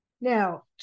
Now